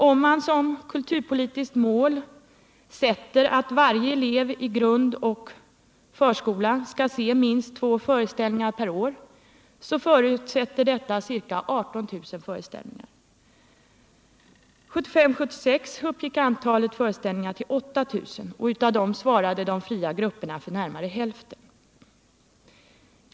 Om man som kulturpolitiskt mål sätter, att varje elev i föroch grundskola skall se minst två föreställningar per år, förutsätter detta ca 18 000 föreställningar. 1975/76 uppgick antalet föreställningar till 8 000, och av dem svarade de fria grupperna för närmare hälften.